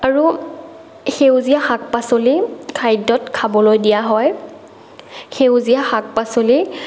আৰু সেউজীয়া শাক পাচলি খাদ্যত খাবলৈ দিয়া হয় সেউজীয়া শাক পাচলিয়ে